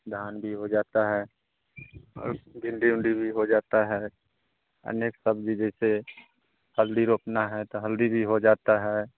धान भी हो जाती है और भिन्डी उंडी भी हो जाती है अनेक सब्ज़ी जैसे हल्दी रोपना है तो हल्दी भी हो जाती है